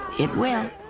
it will